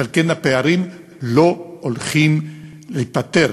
ועל כן הפערים לא הולכים להיפתר,